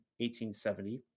1870